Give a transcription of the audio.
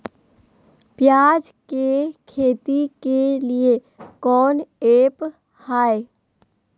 प्याज के खेती के लिए कौन ऐप हाय?